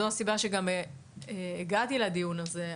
זו הסיבה שהגעתי לדיון הזה.